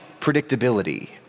predictability